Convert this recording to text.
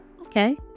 okay